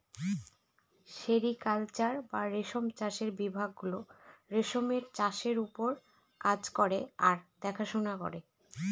sericulture বা রেশম চাষের বিভাগ গুলো রেশমের চাষের ওপর কাজ করে আর দেখাশোনা করে